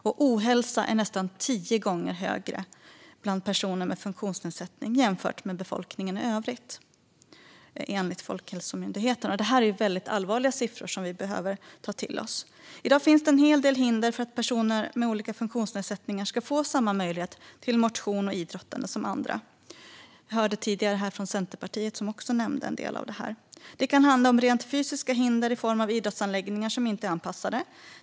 Ohälsa är nästan tio gånger vanligare bland personer med funktionsnedsättning jämfört med befolkningen i övrigt, enligt Folkhälsomyndigheten. Det är väldigt allvarliga siffror som vi behöver ta till oss. I dag finns en hel del hinder för att personer med olika funktionsnedsättningar ska få samma möjlighet till motion och idrottande som andra. Vi hörde här tidigare att Centerpartiets representant också nämnde en del av detta. Det kan handla om rent fysiska hinder i form av idrottsanläggningar som inte är anpassade.